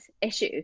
issue